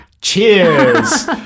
cheers